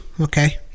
okay